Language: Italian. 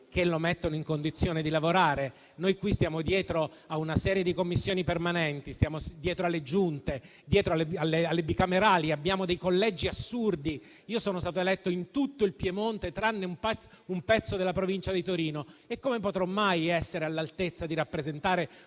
che lo mettono in condizione di lavorare, mentre qui stiamo dietro a una serie di Commissioni permanenti, stiamo dietro alle Giunte, dietro alle bicamerali, e abbiamo dei collegi assurdi. Io sono stato eletto in tutto il Piemonte, tranne un pezzo della provincia di Torino, e come potrò mai essere all'altezza di rappresentare